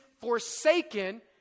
forsaken